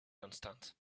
constant